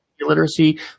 literacy